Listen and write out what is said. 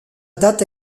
date